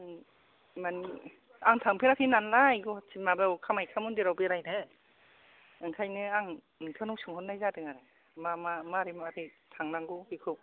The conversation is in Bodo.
मानि आं थांफेराखै नालाय गुवाहाटी माबायाव कामाख्या मन्दिराव बेरायनो ओंखायनो आं नोंसोरनाव सोंहरनाय जादों आरो मा मा मारै मारै थांनांगौ बेखौ